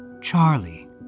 Charlie